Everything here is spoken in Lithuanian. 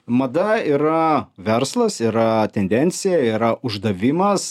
mada yra verslas yra tendencija yra uždavimas